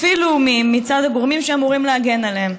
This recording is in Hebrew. אפילו מצד הגורמים שאמורים להגן עליהם,